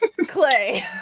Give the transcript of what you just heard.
clay